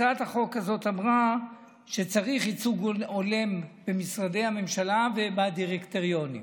הצעת החוק הזאת אמרה שצריך ייצוג הולם במשרדי הממשלה ובדירקטוריונים,